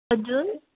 अजून